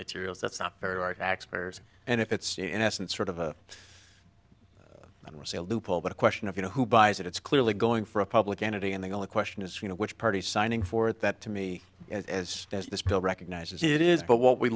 materials that's not very large taxpayers and if it's in essence sort of a loophole but a question of you know who buys it it's clearly going for a public entity and the only question is you know which party is signing for that to me as as this bill recognizes it is but what we